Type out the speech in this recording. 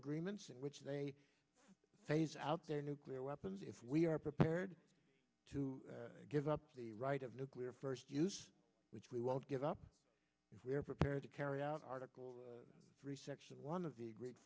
agreements in which they phase out their nuclear weapons if we are prepared to give up the right of nuclear first which we won't give up if we are prepared to carry out an article three section one of the great